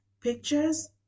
pictures